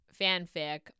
fanfic